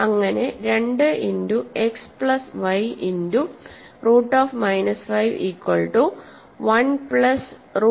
അങ്ങനെ2 into x plus y into root of minus 5 equal to one plus root minus 5